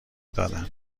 دادم